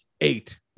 eight